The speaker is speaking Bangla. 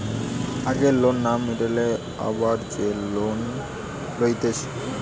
আগের লোন না মিটিয়ে আবার যে লোন লোক লইতেছে